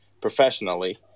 professionally